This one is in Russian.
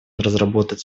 разработать